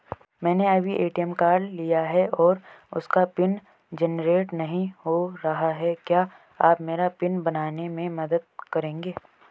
मैंने अभी ATM card लिया है और उसका पिन जेनरेट नहीं हो रहा है क्या आप मेरा पिन बनाने में मदद करेंगे?